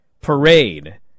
parade